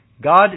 God